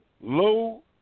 low